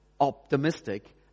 optimistic